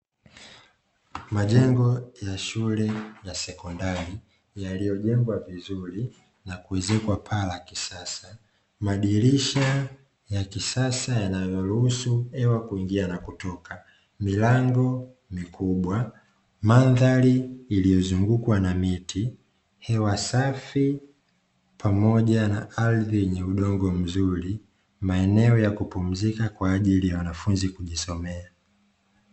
Majengo ya shule za sekondari, yaliyojengwa vizuri na kuezekwa paa la kisasa, madirisha ya kisasa yanayoruhusu hewa kuingia na kutoka na milango mikubwa. Mandhari iliyozungukwa na miti, hewa safi pamoja na hali yenye udongo nzuri. Maeneo ya kupumzika kwa ajili ya wanafunzi kujisomea.